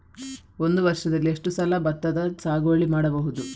ಒಂದು ವರ್ಷದಲ್ಲಿ ಎಷ್ಟು ಸಲ ಭತ್ತದ ಸಾಗುವಳಿ ಮಾಡಬಹುದು?